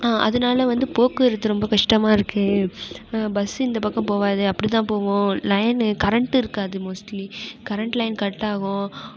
அதனால வந்து போக்குவரத்து ரொம்ப கஷ்டமாக இருக்கும் பஸ் இந்த பக்கம் போகாது அப்படி தான் போகும் லைன் கரண்ட்டு இருக்காது மோஸ்ட்லி கரண்ட் லைன் கட் ஆகும்